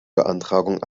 beantragung